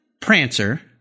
Prancer